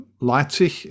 Leipzig